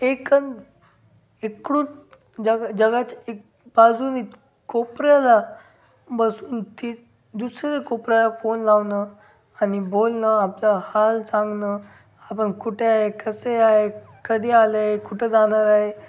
एकन इकडून जग जगाच्या एक बाजूनं इथे कोपऱ्याला बसून ती दुसरे कोपऱ्याला फोन लावणं आणि बोलणं आपलं हाल सांगनं आपण कुठे आहे कसे आहे कधी आलंय कुठं जाणार आहे